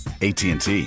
ATT